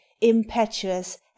impetuous